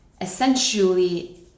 essentially